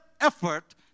effort